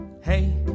Hey